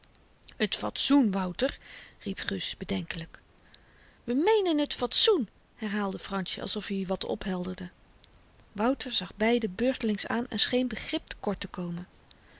t fatsoen wouter riep gus bedenkelyk we meenen t fatsoen herhaalde fransjen alsof i wat ophelderde wouter zag beiden beurtelings aan en scheen begrip tekort te komen